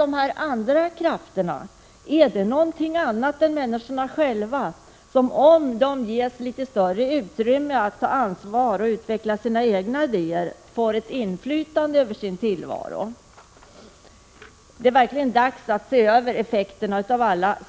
De andra krafterna är inte något annat än människorna själva som, om de ges litet större utrymme att ta ansvar och utveckla sina egna idéer, får ett inflytande över sin tillvaro. Det är verkligen dags att se över de